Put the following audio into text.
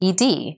ED